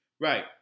Right